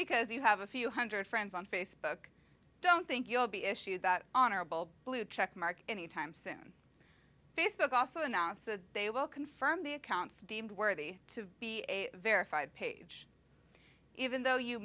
because you have a few hundred friends on facebook i don't think you'll be issued that honorable blue check mark anytime soon facebook also announced that they will confirm the accounts deemed worthy to be a verified page even though you